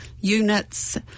units